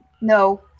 No